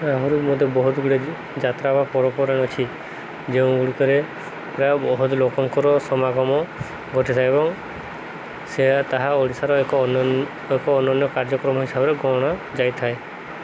ଆହୁରି ମଧ୍ୟ ବହୁତ ଗୁଡ଼ଏ ଯାତ୍ରା ବା ପର୍ବପର୍ବାଣି ଅଛି ଯେଉଁ ଗୁଡ଼ିକରେ ପ୍ରାୟ ବହୁତ ଲୋକଙ୍କର ସମାଗମ ଘଟିିଥାଏ ଏବଂ ସେ ତାହା ଓଡ଼ିଶାର ଏକ ଏକ ଅନନ୍ୟ କାର୍ଯ୍ୟକ୍ରମ ହିସାବରେ ଗଣା ଯାଇଥାଏ